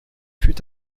fut